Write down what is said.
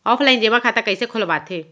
Offline जेमा खाता कइसे खोलवाथे?